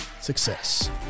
success